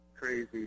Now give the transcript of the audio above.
crazy